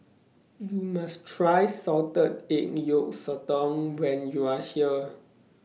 YOU must Try Salted Egg Yolk Sotong when YOU Are here